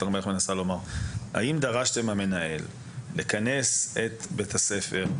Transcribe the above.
סון הר מלך מנסה לומר לכנס את בית הספר,